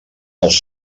els